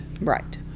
right